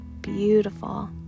beautiful